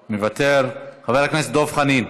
מוותר, חבר הכנסת דב חנין,